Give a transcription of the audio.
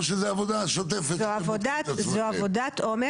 או שזו עבודה שוטפת --- זו עבודת עומק